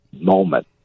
moment